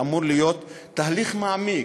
שאמור להיות תהליך מעמיק.